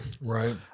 Right